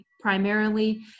primarily